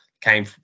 Came